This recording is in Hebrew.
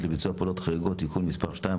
לביצוע פעולות חריגות)(תיקון מס' 2),